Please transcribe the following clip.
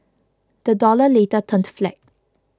the dollar later turned flat